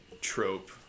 trope